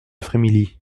frémilly